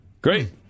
great